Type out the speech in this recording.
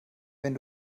wenn